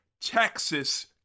Texas